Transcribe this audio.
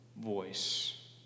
voice